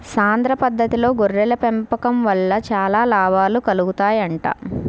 సాంద్ర పద్దతిలో గొర్రెల పెంపకం వలన చాలా లాభాలు కలుగుతాయంట